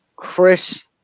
Chris